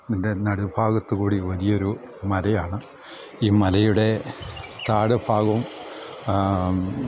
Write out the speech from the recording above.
ഇതിൻ്റെ നടുഭാഗത്ത് കൂടി വലിയൊരു മലയാണ് ഈ മലയുടെ താഴെഭാഗവും